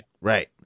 right